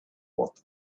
what